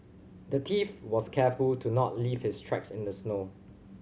the thief was careful to not leave his tracks in the snow